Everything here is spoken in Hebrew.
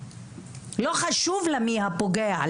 לא חשוב לה מי הפוגע,